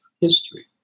history